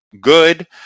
good